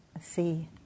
see